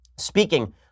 speaking